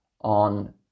on